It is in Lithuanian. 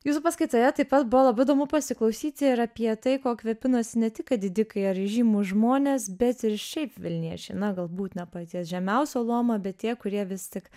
jūsų paskaitoje taip pat buvo labai įdomu pasiklausyti ir apie tai kuo kvėpinosi ne tik kad didikai ar įžymūs žmonės bet ir šiaip vilniečiai na galbūt ne paties žemiausio loma bet tie kurie vis tik